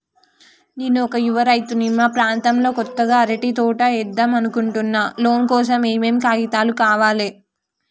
నేను ఒక యువ రైతుని మా ప్రాంతంలో కొత్తగా అరటి తోట ఏద్దం అనుకుంటున్నా లోన్ కోసం ఏం ఏం కాగితాలు కావాలే?